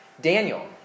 Daniel